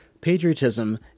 Patriotism